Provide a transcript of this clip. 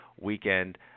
weekend